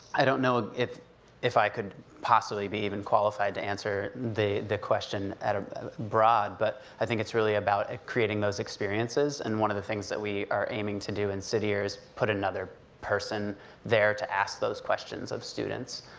i don't know if if i could possibly be even qualified to answer the the question at broad, but i think it's really about creating those experiences, and one of the things that we are aiming to do in city year is put another person there to ask those questions of students.